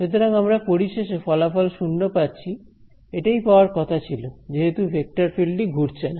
সুতরাং আমরা পরিশেষে ফলাফল 0 পাচ্ছি এটাই পাওয়ার কথা ছিল যেহেতু ভেক্টর ফিল্ড টি ঘুরছে না